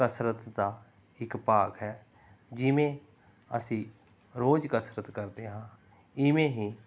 ਕਸਰਤ ਦਾ ਇੱਕ ਭਾਗ ਹੈ ਜਿਵੇਂ ਅਸੀਂ ਰੋਜ਼ ਕਸਰਤ ਕਰਦੇ ਹਾਂ ਇਵੇਂ ਹੀ